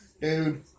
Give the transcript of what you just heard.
dude